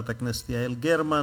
חברת הכנסת יעל גרמן,